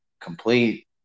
complete